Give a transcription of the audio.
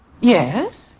Yes